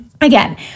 again